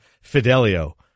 Fidelio